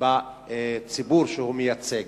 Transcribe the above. בציבור שהוא מייצג.